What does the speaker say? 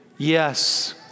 Yes